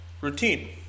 routine